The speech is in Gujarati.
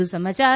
વધુ સમાચાર